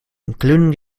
including